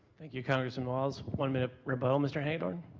thank you congressman walz. one minute rebuttal, mr. hagedorn?